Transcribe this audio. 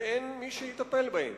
ואין מי שיטפל בהם.